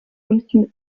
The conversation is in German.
unten